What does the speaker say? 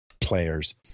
players